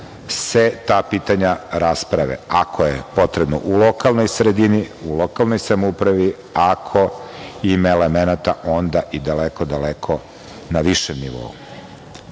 se ta pitanja rasprave, ako je potrebno u lokalnoj sredini, u lokalnoj samoupravi ako ima elementa onda i daleko, daleko na višem nivou. Drugo